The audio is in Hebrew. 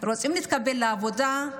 רוצים להתקבל לעבודה,